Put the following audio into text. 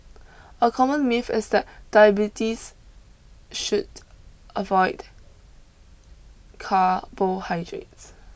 a common myth is that diabetes should avoid carbohydrates